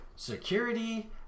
security